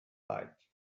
like